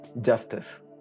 justice